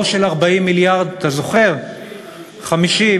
אברהים צרצור, אם לא יהיה, ג'מאל זחאלקה.